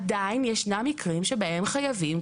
עדיין ישנם מקרים שבהם חייבים,